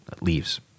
leaves